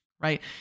right